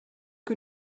que